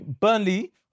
Burnley